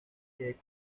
que